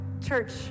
church